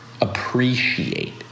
appreciate